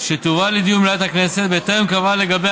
שתובא לדיון במליאת הכנסת בטרם קבעה לגביה